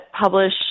publish